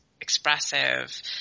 expressive